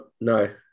No